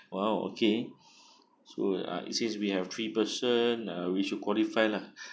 !wow! okay so ya is is we have three person uh we should qualify lah